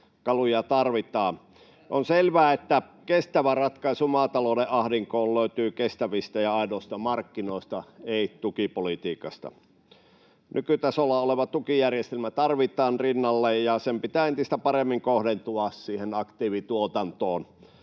tarvitaan. On selvää, että kestävä ratkaisu maatalouden ahdinkoon löytyy kestävistä ja aidoista markkinoista, ei tukipolitiikasta. Nykytasolla oleva tukijärjestelmä tarvitaan rinnalle, ja sen pitää entistä paremmin kohdentua siihen aktiivituotantoon